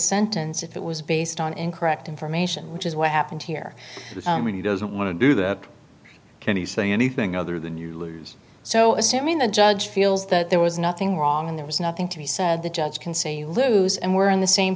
sentence if it was based on incorrect information which is what happened here when you doesn't want to do that can he say anything other than you lose so assuming the judge feels that there was nothing wrong and there was nothing to be said the judge can say you lose and we're in the same